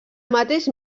mateix